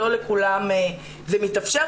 לא לכולם זה יתאפשר,